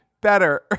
better